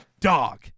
dog